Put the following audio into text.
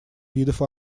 видов